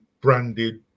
branded